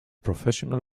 professional